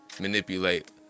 Manipulate